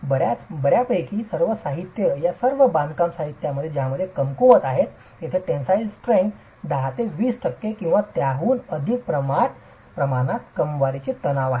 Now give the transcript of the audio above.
तर बर्यापैकी सर्व साहित्य या सर्व बांधकाम साहित्या ज्यामध्ये कमकुवत आहे टेनसाईल स्ट्रेंग्थ 10 ते 20 टक्के किंवा त्याहून अधिक प्रमाणात क्रमवारीची तणाव असते